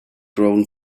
grown